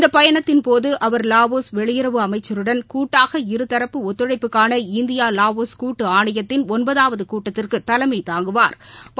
இந்தபயணத்தின்போதுஅவர் வாவோஸ் வெளியுறவு அமைச்சருடன் கூட்டாக இருதரப்பு ஒத்துழைப்புக்கான இந்தியா வாவோஸ் கூட்டுஅணையத்தின் ஒன்பதாவதுகூட்டத்துக்குதலைமைதாங்குவாா்